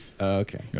okay